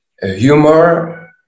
humor